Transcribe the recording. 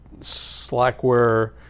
Slackware